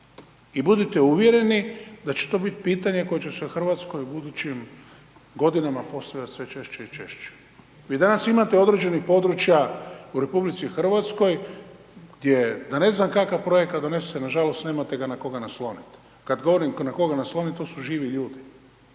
I budite uvjereni da će to biti pitanje koje će se u Hrvatskoj u budućim godinama postavljat sve češće i češće. Vi danas imate određenih područja u RH gdje da ne znam kakav projekt donesete nažalost nemate ga na koga naslonit, kad govorim na koga naslonit to su živi ljudi